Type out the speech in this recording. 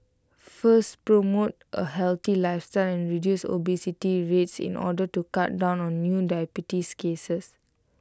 first promote A healthy lifestyle and reduce obesity rates in order to cut down on new diabetes cases